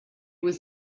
was